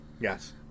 Yes